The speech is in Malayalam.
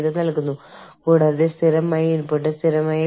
കൂടാതെ ഉന്നത മാനേജ്മെന്റിൽ എല്ലാവർക്കും പ്രാതിനിധ്യം വേണം